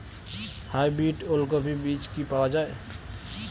Hybrid ওলকফি বীজ কি পাওয়া য়ায়?